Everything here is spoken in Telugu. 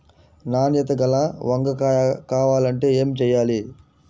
నాణ్యత గల వంగ కాయ కావాలంటే ఏమి చెయ్యాలి?